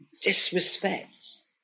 disrespects